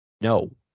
no